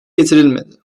getirilmedi